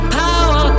power